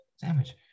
Sandwich